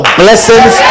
blessings